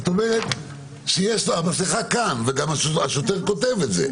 זאת אומרת, המסכה כאן, והשוטר גם כותב את זה.